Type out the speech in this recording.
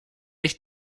ich